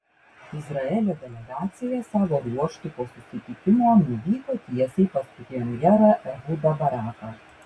izraelio delegacija savo ruožtu po susitikimo nuvyko tiesiai pas premjerą ehudą baraką